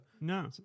No